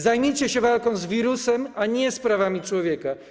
Zajmijcie się walką z wirusem, a nie z prawami człowieka.